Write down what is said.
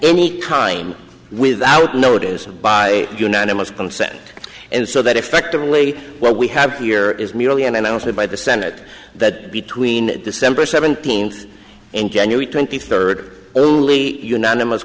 any time without notice and by unanimous consent and so that effectively what we have here is merely an announcement by the senate that between december seventeenth and january twenty third only unanimous